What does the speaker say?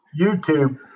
YouTube